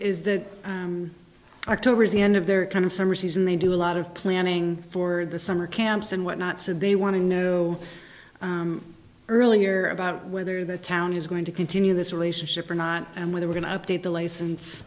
is that october is the end of their kind of summer season they do a lot of planning for the summer camps and whatnot so they want to know earlier about whether the town is going to continue this relationship or not and whether we're going to update the license